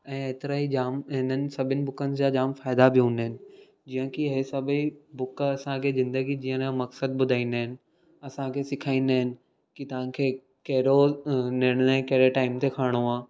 ऐं एतिरा ई जाम हिननि सभिनि बुकनि जा जाम फ़ाइदा बि हूंदा आहिनि जीअं की इहे सभई बुक असांखे ज़िंदगी जीअण जो मक़सदु ॿुधाईंदा आहिनि असांखे सिखाईंदा आहिनि की तव्हांखे कहिड़ो निर्णय कहिड़े टाइम ते खणणो आहे